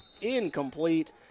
incomplete